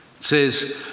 says